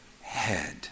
head